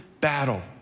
battle